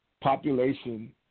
population